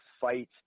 fight